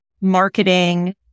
marketing